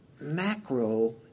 macro